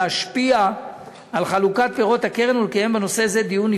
להשפיע על חלוקת פירות הקרן ולקיים בנושא זה דיון נפרד.